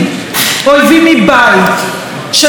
שתפורר את הדבק שמחבר בינינו,